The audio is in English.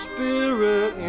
Spirit